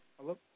Hello